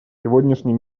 сегодняшний